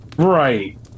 Right